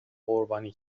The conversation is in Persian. قربانی